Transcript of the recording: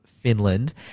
Finland